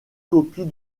copies